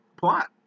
Plot